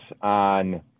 on